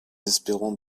espérons